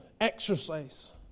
exercise